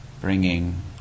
Bringing